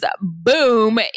boom